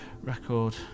record